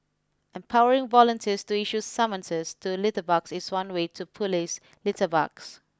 empowering volunteers to issue summonses to litterbugs is one way to police litterbugs